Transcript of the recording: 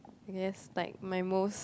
I guess like my most